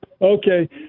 Okay